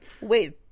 wait